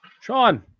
Sean